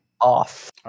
off